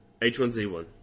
H1Z1